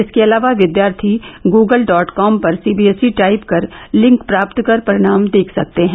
इसके अलावा विद्यार्थी गूगल डॉट कॉम पर सीबीएसई टाइप कर लिंक प्राप्त कर परिणाम देख सकते हैं